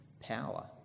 power